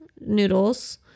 noodles